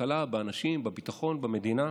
בכלכלה, באנשים, בביטחון, במדינה.